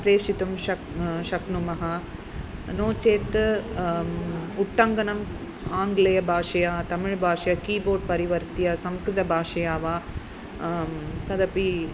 प्रेषितुं शक् शक्नुमः नो चेत् उट्टङ्कनम् आङ्ग्लभाषया तमिळ्भाषया कीबोर्ड् परिवर्त्य संस्कृतभाषया वा तदपि